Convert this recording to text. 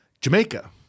Jamaica